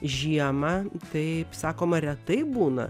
žiemą taip sakoma retai būna